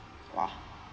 !wah!